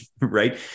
Right